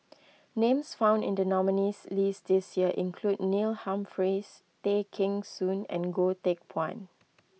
names found in the nominees' list this year include Neil Humphreys Tay Kheng Soon and Goh Teck Phuan